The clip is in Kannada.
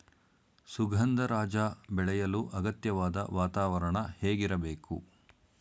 ಸುಗಂಧರಾಜ ಬೆಳೆಯಲು ಅಗತ್ಯವಾದ ವಾತಾವರಣ ಹೇಗಿರಬೇಕು?